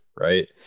right